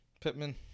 Pittman